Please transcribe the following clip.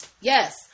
Yes